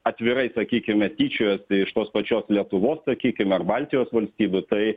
atvirai sakykime tyčiojas iš tos pačios lietuvos sakykime ar baltijos valstybių tai